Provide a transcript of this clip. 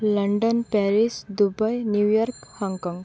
London Paris Dubai New York Hong Kong